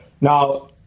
Now